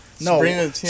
No